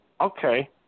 Okay